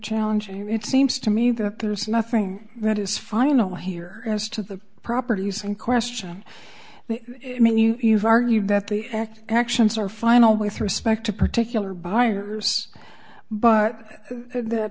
llenging your it seems to me that there's nothing that is final here as to the properties in question i mean you've argued that the act actions are final with respect to particular buyers but that